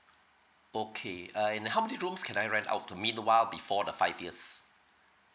okay uh and how many rooms can I rent out to meanwhile before the five years